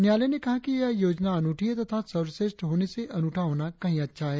न्यायालय ने कहा कि यह योजना अनूठी है तथा सर्वश्रेष्ठ होने से अनूठा होना कहीं अच्छा है